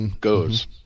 goes